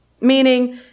meaning